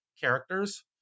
characters